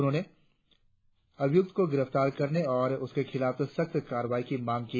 उन्होंने अभियुक्त को गिरफ्तार करने और उसके खिलाफ सख्त कार्रवाई की मांग की